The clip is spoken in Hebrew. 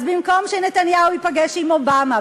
אז במקום שנתניהו ייפגש עם אובמה,